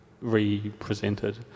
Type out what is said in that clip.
represented